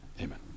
Amen